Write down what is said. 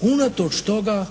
Unatoč toga